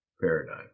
paradigm